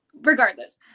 regardless